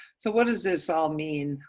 so what does this all mean?